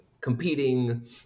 competing